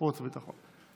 החוץ והביטחון.